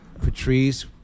Patrice